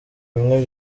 bimwe